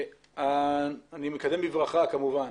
אני מקדם בברכה כמובן